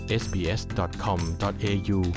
sbs.com.au